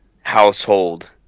household